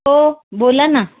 हो बोला ना